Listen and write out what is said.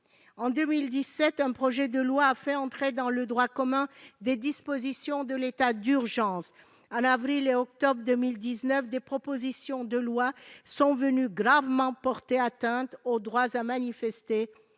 En 2017, un projet de loi a fait entrer dans le droit commun des dispositions de l'état d'urgence. En avril et en octobre 2019, des propositions de loi sont venues gravement porter atteinte aux droits à manifester